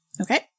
Okay